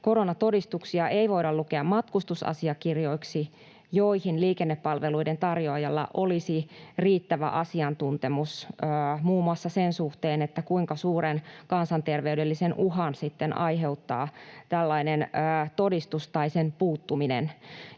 koronatodistuksia ei voida lukea matkustusasiakirjoiksi, joista liikennepalveluiden tarjoajilla olisi riittävä asiantuntemus muun muassa sen suhteen, kuinka suuren kansanterveydellisen uhan sitten aiheuttaa tällaisen todistuksen puuttuminen.